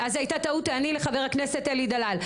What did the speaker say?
תעני לחבר הכנסת אלי דלל.